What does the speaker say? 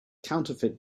counterfeit